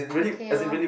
okay lor